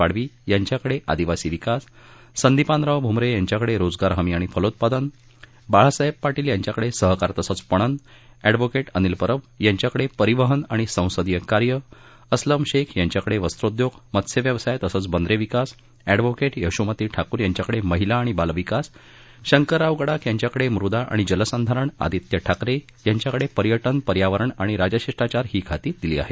पाडवी यांच्याकडे आदिवासी विकास संदिपानराव भुमरे यांच्याकडे रोजगार हमी आणि फलोत्पादन बाळासाहेब पार्टील यांच्याकडे सहकार तसंच पणन अँडव्होके अनिल परब यांच्याकडे परिवहन आणि संसदीय कार्य अस्लम शेख यांच्याकडे वस्त्रोद्योग मत्स्य व्यवसाय तसंच बंदरे विकास अँडव्होके यशोमती ठाकूर यांच्याकडे महिला आणि बालविकास शंकराराव गडाख यांच्याकडे मृदा आणि जलसंधारण आदित्य ठाकरे यांच्याकडे पर्याज पर्यावरण आणि राजशिष्टाचार ही खाती दिली आहेत